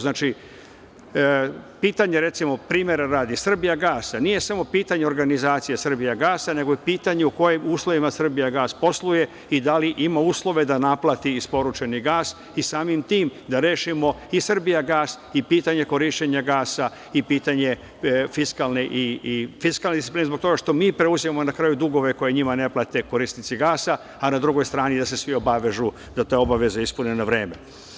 Znači, pitanje, recimo, primera radi, „Srbijagasa“ nije samo pitanje organizacije „Srbijagasa“, nego je pitanje u kojim uslovima „Srbijagas“ posluje i da li ima uslove da naplati isporučeni gas i samim tim da rešimo i „Srbijagas“ i pitanje korišćenja gasa i pitanje fiskalne discipline, zbog toga što mi preuzimamo na kraju dugove koje njima ne plate korisnici gasa, a na drugoj strani da se svi obavežu da te obaveze ispune na vreme.